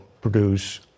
produce